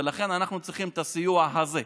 ולכן אנחנו צריכים את הסיוע הזה.